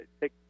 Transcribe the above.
take